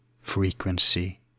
frequency